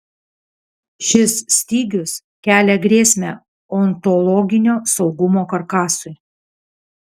šis stygius kelia grėsmę ontologinio saugumo karkasui